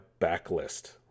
backlist